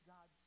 God